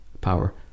power